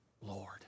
Lord